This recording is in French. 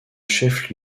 chef